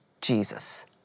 Jesus